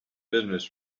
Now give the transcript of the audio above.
business